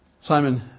Simon